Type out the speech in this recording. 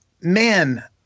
man